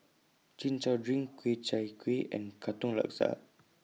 Chin Chow Drink Ku Chai Kuih and Katong Laksa